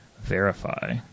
verify